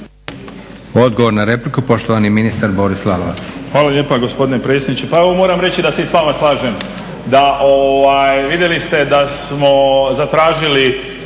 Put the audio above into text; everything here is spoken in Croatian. Odgovor na repliku, poštovani ministar Boris Lalovac.